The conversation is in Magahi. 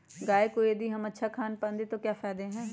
गाय को यदि हम अच्छा खानपान दें तो क्या फायदे हैं?